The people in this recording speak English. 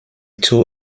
two